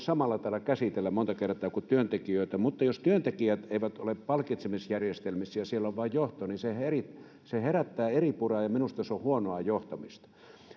samalla tavalla käsitellä kuin työntekijöitä mutta jos työntekijät eivät ole palkitsemisjärjestelmissä ja siellä on vain johto niin se herättää eripuraa ja minusta se on huonoa johtamista